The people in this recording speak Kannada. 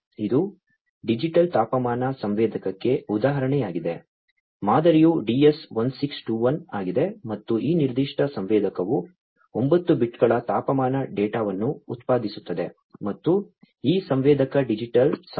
ಇದು ಡಿಜಿಟಲ್ ತಾಪಮಾನ ಸಂವೇದಕಕ್ಕೆ ಉದಾಹರಣೆಯಾಗಿದೆ ಮಾದರಿಯು DS1621 ಆಗಿದೆ ಮತ್ತು ಈ ನಿರ್ದಿಷ್ಟ ಸಂವೇದಕವು 9 ಬಿಟ್ಗಳ ತಾಪಮಾನ ಡೇಟಾವನ್ನು ಉತ್ಪಾದಿಸುತ್ತದೆ ಮತ್ತು ಈ ಸಂವೇದಕ ಡಿಜಿಟಲ್ ಸಂವೇದಕವು 2